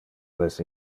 les